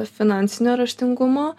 finansinio raštingumo